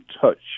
touch